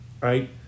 right